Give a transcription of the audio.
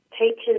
teachers